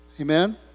Amen